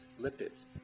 lipids